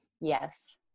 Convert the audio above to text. Yes